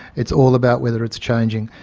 it's all about whether it's changing.